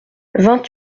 vingt